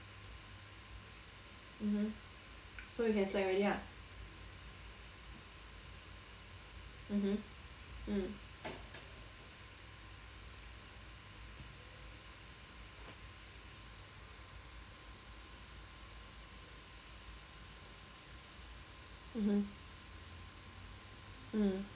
mmhmm so you can slack already lah mmhmm mm mmhmm mm